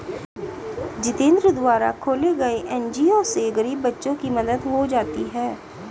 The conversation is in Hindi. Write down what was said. जितेंद्र द्वारा खोले गये एन.जी.ओ से गरीब बच्चों की मदद हो जाती है